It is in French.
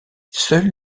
seuls